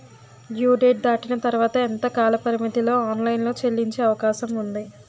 Due date దాటిన తర్వాత ఎంత కాలపరిమితిలో ఆన్ లైన్ లో చెల్లించే అవకాశం వుంది?